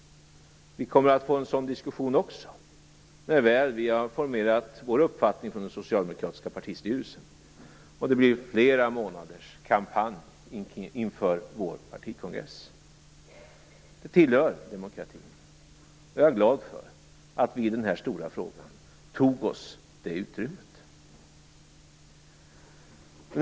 Det kommer också att bli en sådan diskussion när vi från den socialdemokratiska partistyrelsen har formulerat vår uppfattning, och det blir flera månaders kampanj inför vår partikongress. Det tillhör demokratin. Jag är glad för att vi i den här stora frågan tog oss det utrymmet.